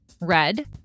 Red